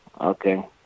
Okay